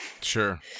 Sure